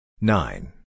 Nine